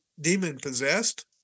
demon-possessed